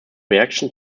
reaction